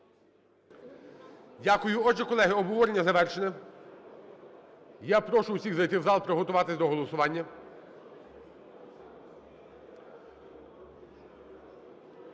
Дякую. Отже, колеги, обговорення завершено. Я прошу всіх зайти в зал і приготуватись до голосування.